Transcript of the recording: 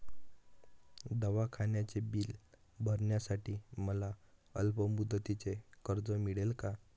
दवाखान्याचे बिल भरण्यासाठी मला अल्पमुदतीचे कर्ज मिळेल का?